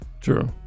true